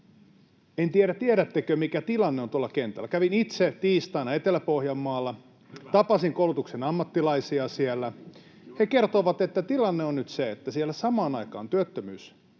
En tiedä, tiedättekö, mikä tilanne on tuolla kentällä. Kävin itse tiistaina Etelä-Pohjanmaalla, tapasin koulutuksen ammattilaisia siellä. He kertoivat, että tilanne on nyt se, että siellä työttömyys